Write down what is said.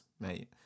mate